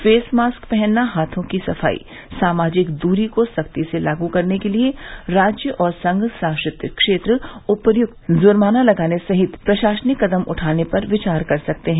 face mask पहनना हाथों की सफाई सामाजिक दूरी को सख्ती से लागू करने के लिए राज्यों और संघ शासित क्षेत्र उपयुक्त जुर्माना लगाने सहित प्रशासनिक कदम उठाने पर विचार कर सकते हैं